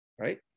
Right